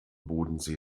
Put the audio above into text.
bodensee